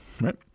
right